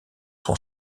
son